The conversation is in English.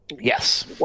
Yes